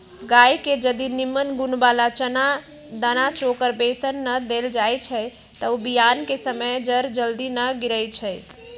गाय के जदी निम्मन गुण बला दना चोकर बेसन न देल जाइ छइ तऽ बियान कें समय जर जल्दी न गिरइ छइ